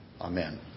Amen